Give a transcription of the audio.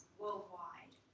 worldwide